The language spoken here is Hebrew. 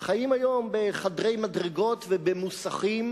חיים היום בחדרי מדרגות ובמוסכים,